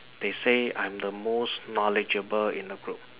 they say I'm the most knowledgeable in the group